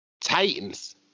Titans